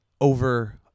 over